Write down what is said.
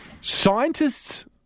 Scientists